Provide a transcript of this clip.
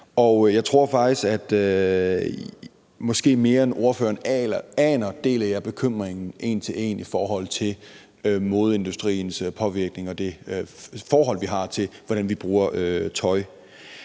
jeg tror, måske mere, end ordføreren aner, at jeg en til en deler bekymringen over modeindustriens påvirkning og det forhold, vi har til, hvordan vi bruger tøj.